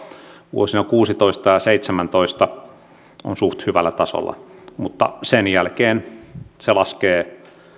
vuosina kuusitoista ja seitsemäntoista on suht hyvällä tasolla mutta sen jälkeen se laskee